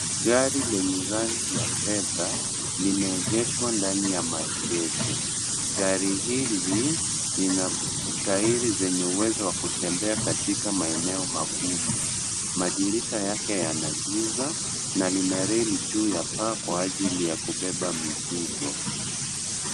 Gari lenye rangi ya fedha limeegeshwa ndani ya maegesho. Gari hili lina matairi zenye uwezo wa kutembea katika maeneno magumu. Madirisha yake yana giza na lina reli juu ya paa kwa ajili ya kubeba mizigo.